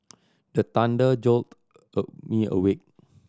the thunder jolt me awake